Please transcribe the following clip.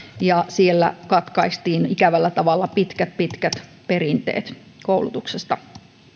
ja siellä katkaistiin ikävällä tavalla pitkät pitkät perinteet koulutuksesta